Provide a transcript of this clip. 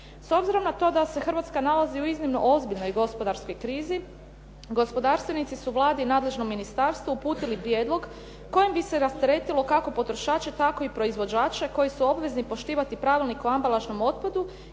S obzirom na to da se Hrvatska nalazi u iznimno ozbiljnoj i gospodarskoj krizi, gospodarstvenici su Vladi i nadležnom ministarstvu uputili prijedlog kojim bi se rasteretilo kako potrošače, tako i proizvođače koji su obvezni poštivati pravilnik o ambalažnom otpadu